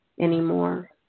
Anymore